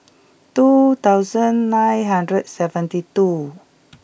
two thousand nine hundred and seventy two